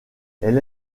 elle